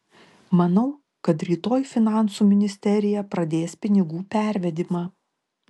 manau kad rytoj finansų ministerija pradės pinigų pervedimą